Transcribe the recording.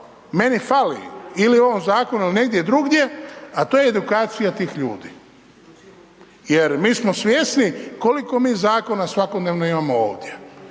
meni fali ili u ovom zakonu negdje drugdje, a to je edukacija tih ljudi, jer mi smo svjesni koliko mi zakona svakodnevno imamo ovdje,